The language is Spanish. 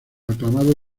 aclamado